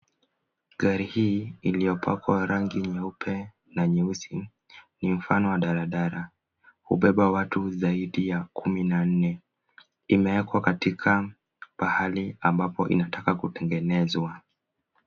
Gari hii iliyopakwa rangi nyeupe na nyeusi ni mfano wa daladala. Hubeba watu zaidi ya kumi na nne, inawekwa katika pahali ambapo inataka kutengenezwa.